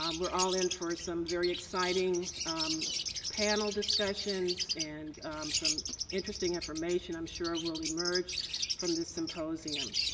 um we're all in for some very exciting panel discussions and some interesting information i'm sure ah will emerge from this symposium.